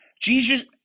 Jesus